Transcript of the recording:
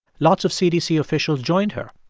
lots of cdc officials joined her,